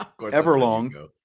Everlong